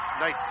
Nice